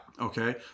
Okay